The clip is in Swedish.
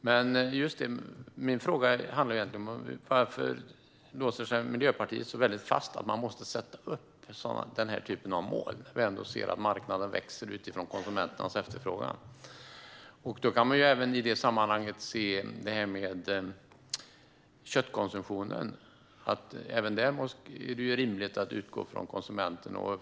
Min fråga är: Varför låser sig Miljöpartiet fast vid att man måste sätta upp den här typen av mål? Vi ser ändå att marknaden växer utifrån konsumenternas efterfrågan. Även när det gäller köttkonsumtionen är det rimligt att utgå från konsumenternas efterfrågan.